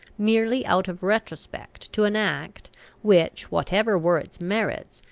merely out of retrospect to an act which, whatever were its merits,